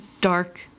dark